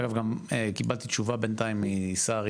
אגב קיבלתי תשובה בינתיים משרי,